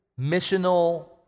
missional